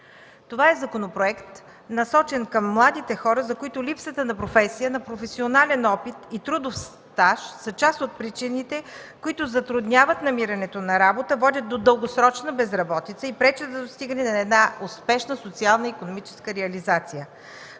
Това е законопроект, насочен към младите хора, за които липсата на професия, на професионален опит и трудов стаж са част от причините, които затрудняват намирането на работа, водят до дългосрочна безработица и пречат за достигане на успешна социална и икономическа реализация.